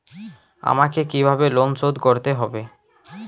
আমাকে কিভাবে লোন শোধ করতে হবে?